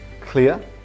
clear